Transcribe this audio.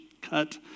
cut